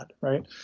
right